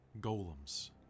golems